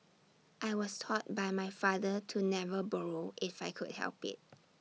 I was taught by my father to never borrow if I could help IT